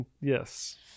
Yes